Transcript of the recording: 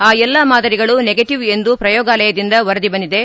ಆ ಎಲ್ನಾ ಮಾದರಿಗಳು ನೆಗಟವ್ ಎಂದು ಪ್ರಯೋಗಾಲಯದಿಂದ ವರದಿ ಬಂದಿದೆ